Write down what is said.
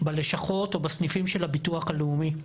בלשכות או בסניפים של הביטוח הלאומי.